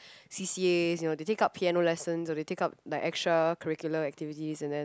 C_C_As you know they take up piano lessons or they take up like extra curricular activities and then